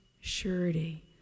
surety